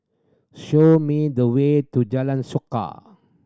show me the way to Jalan Suka